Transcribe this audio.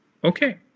Okay